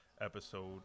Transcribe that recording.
episode